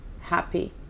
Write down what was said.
happy